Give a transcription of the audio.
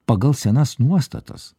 pagal senas nuostatas